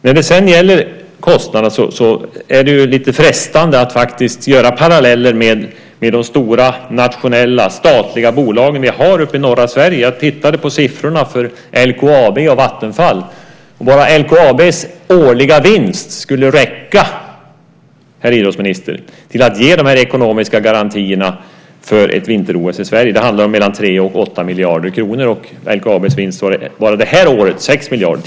När det gäller kostnaderna är det lite frestande att dra paralleller med de stora nationella, statliga bolagen vi har uppe i norra Sverige. Jag tittade på siffrorna för LKAB och Vattenfall. Bara LKAB:s årliga vinst skulle räcka, herr idrottsminister, till att ge de här ekonomiska garantierna för ett vinter-OS i Sverige. Det handlar om 3-8 miljarder kronor, och LKAB:s vinst var bara det här året 6 miljarder.